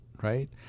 right